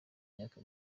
myaka